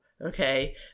Okay